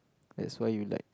that's why you like